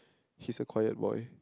he's a quiet boy